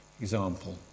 example